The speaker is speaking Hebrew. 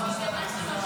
התשפ"ד 2024,